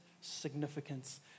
significance